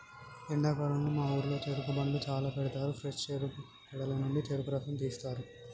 ఎండాకాలంలో మా ఊరిలో చెరుకు బండ్లు చాల పెడతారు ఫ్రెష్ చెరుకు గడల నుండి చెరుకు రసం తీస్తారు